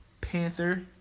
Panther